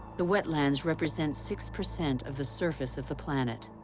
the wetlands represent six percent of the surface of the planet.